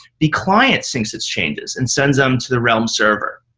the client syncs its changes and sends them to the realm server.